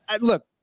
Look